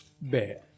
Bad